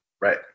Right